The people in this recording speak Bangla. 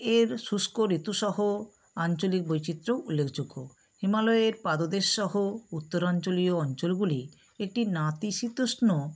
এর শুষ্ক ঋতুসহ আঞ্চলিক বৈচিত্র্যও উল্লেখযোগ্য হিমালয়ের পাদদেশসহ উত্তরাঞ্চলীয় অঞ্চলগুলি একটি নাতিশীতোষ্ণ